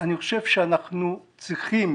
אני חושב שאנחנו צריכים